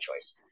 choice